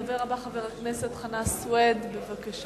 הדובר הבא, חבר הכנסת חנא סוייד, בבקשה.